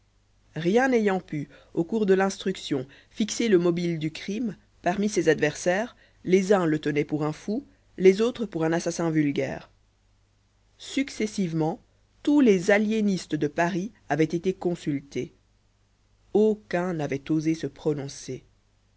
rien n'ayant pu au cours de l'instruction fixer le mobile du crime parmi ses adversaires les uns le tenaient pour un fou les autres pour un assassin vulgaire successivement tous les aliénistes de paris avaient été consultés aucun n'avait osé se prononcer